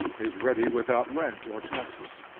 is ready without rent or taxes.